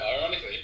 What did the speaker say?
ironically